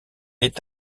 est